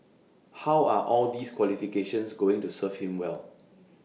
how are all these qualifications going to serve him well